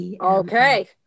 okay